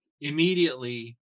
immediately